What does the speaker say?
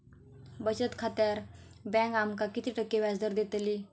बचत खात्यार बँक आमका किती टक्के व्याजदर देतली?